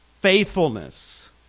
faithfulness